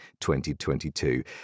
2022